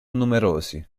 numerosi